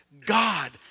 God